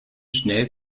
schnell